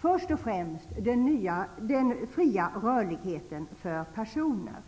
Först och främst har vi den fria rörligheten för personer.